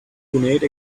grenades